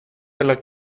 della